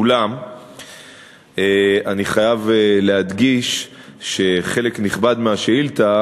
אולם אני חייב להדגיש שחלק נכבד מהשאילתה